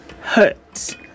hurt